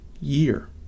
year